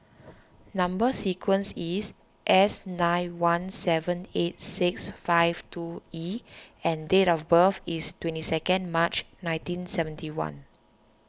Number Sequence is S nine one seven eight six five two E and date of birth is twenty second March nineteen seventy one